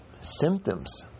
symptoms